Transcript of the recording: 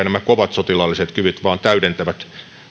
nämä kovat sotilaalliset kyvyt vaan täydentävät